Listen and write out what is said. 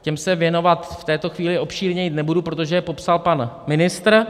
Těm se věnovat v tuto chvíli obšírněji nebudu, protože je popsal pan ministr.